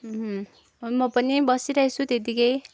म पनि बसिरहेको छु त्यतिकै